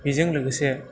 बेजों लोगोसे